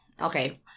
okay